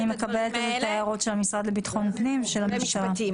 אני מקבלת את ההערות של המשרד לביטחון הפנים וגם של משרד המשפטים